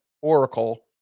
oracle